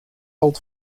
hold